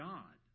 God